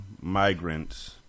migrants